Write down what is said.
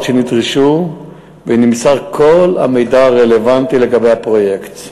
שנדרשו ונמסר כל המידע הרלוונטי על הפרויקט.